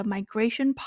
Migration